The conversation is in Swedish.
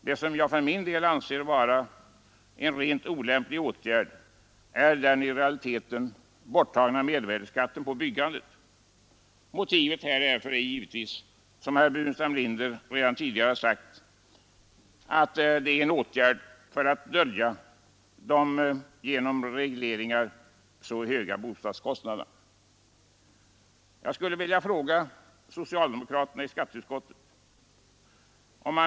Det som jag för min del anser vara en rent olämplig åtgärd är den i realiteten borttagna mervärdeskatten på byggandet. Orsaken är givetvis, som herr Burenstam Linder redan tidigare sagt, att det är en åtgärd för att dölja de genom regleringar så höga bostadskostnaderna.